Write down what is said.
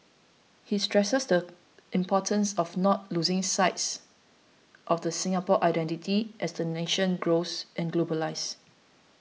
he stresses the importance of not losing sights of the Singapore identity as the nation grows and globalises